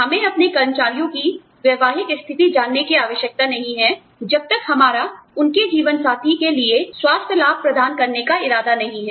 हमें अपने कर्मचारियों की वैवाहिक स्थिति जानने की आवश्यकता नहीं है जब तक हमारा उनके जीवन साथी के लिए स्वास्थ्य लाभ प्रदान करने का इरादा नहीं है